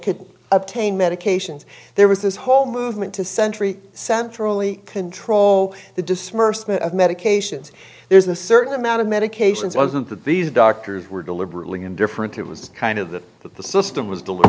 could obtain medications there was this whole movement to century centrally control the disbursement of medications there's a certain amount of medications wasn't that these doctors were deliberately indifferent it was kind of that the system was deliber